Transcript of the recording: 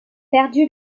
perdu